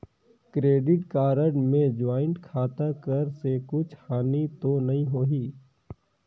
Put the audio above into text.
Credit card मे joint खाता कर से कुछ हानि तो नइ होही?